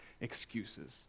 excuses